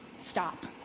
stop